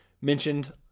mentioned